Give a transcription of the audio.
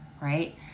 right